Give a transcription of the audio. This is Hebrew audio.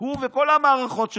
הוא וכל המערכות שלו.